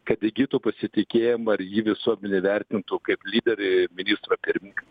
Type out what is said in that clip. kad įgytų pasitikėjimą ir jį visuomenė vertintų kaip lyderį ministrą pirminką